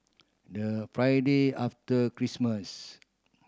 the Friday after Christmas